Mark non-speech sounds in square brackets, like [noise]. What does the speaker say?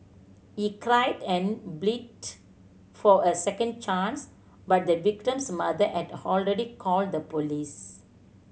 he climbed and bleed for a second chance but the victim's mother and [unintelligible] called the police